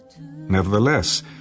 Nevertheless